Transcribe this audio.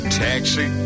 taxi